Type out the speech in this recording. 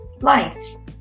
lives